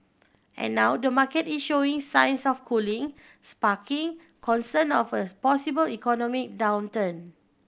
and now the market is showing signs of cooling sparking concern of a possible economic downturn